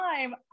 time